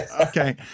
okay